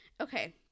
Okay